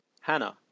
Hannah